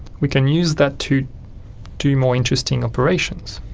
we can use that to do more interesting operations.